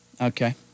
Okay